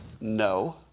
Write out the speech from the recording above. No